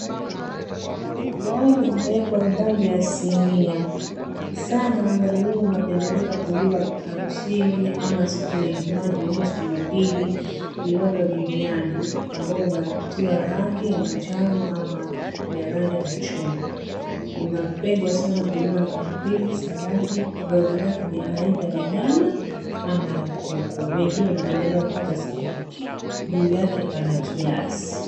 Wali umewekwa ndani ya sinia, sana wali huu unapendeleka kuliwa harusini ama siku ya Ijumaa, Jumamosi, Jumapili. Ni wali wa biriani ambao unatiwa rangi ya manjano ama ya rangi ya machungwa. Inapendwa sana kuliwa na pilipili, saladi, rojo lake ni aidha la nyama ama la kuku, wengine wanapendelea hata samaki, juu yake pana kiazi.